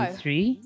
three